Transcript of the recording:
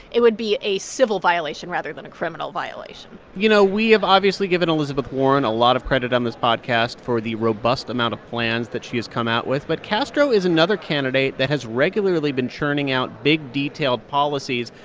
it would be a civil violation rather than a criminal violation you know, we have obviously given elizabeth warren a lot of credit on this podcast for the robust amount of plans that she has come out with. but castro is another candidate that has regularly been churning out big, detailed policies.